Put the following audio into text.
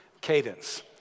Cadence